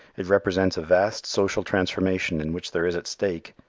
it represents a vast social transformation in which there is at stake,